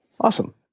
awesome